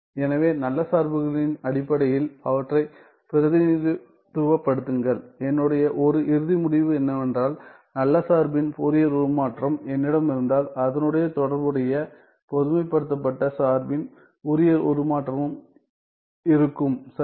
எனவே நல்ல சார்புகளின் அடிப்படையில் அவற்றைப் பிரதிநிதித்துவப்படுத்துங்கள் என்னுடைய ஒரு இறுதி முடிவு என்னவென்றால் நல்ல சார்பின் ஃபோரியர் உருமாற்றம் என்னிடம் இருந்தால் அதனுடன் தொடர்புடைய பொதுமைப்படுத்தப்பட்ட சார்பின் ஃபோரியர் உருமாற்றமும் இருக்கும் சரியா